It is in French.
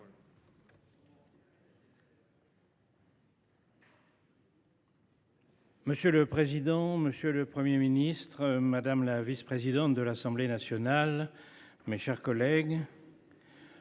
Monsieur le président, monsieur le Premier ministre, madame la vice présidente de l’Assemblée nationale, mesdames, monsieur